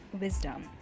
wisdom